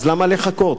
אז למה לחכות?